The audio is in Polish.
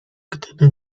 gdyby